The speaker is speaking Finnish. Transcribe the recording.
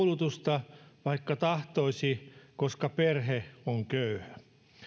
hankkia koulutusta vaikka tahtoisi koska perhe on köyhä